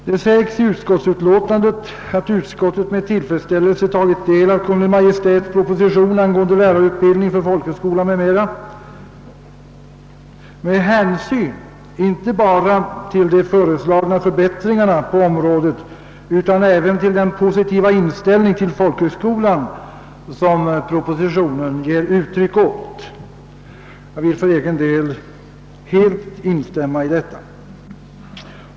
Det sägs i utskottsutlåtandet att utskottet med tillfredsställelse tagit del av Kungl. Maj:ts proposition angående lärarutbildning för folkhögskolan m.m. med hänsyn inte bara till de föreslagna förbättringarna på området utan även till den positiva inställning till folkhögskolan som propositionen ger uttryck åt. Jag vill för egen del helt instämma i detta.